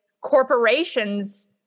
corporations